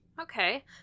Okay